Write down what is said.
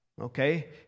okay